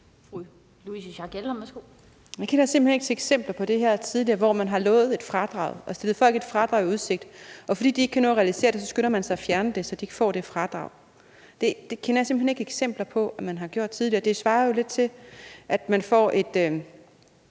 Jeg kender simpelt hen ikke til tidligere eksempler på det her, hvor man har lovet et fradrag og stillet folk et fradrag i udsigt. Og fordi de ikke kan nå at realisere det, så skynder man sig at fjerne det, så de ikke får det fradrag. Det kender jeg simpelt hen ikke eksempler på man har gjort tidligere. Det svarer jo lidt til, at man får et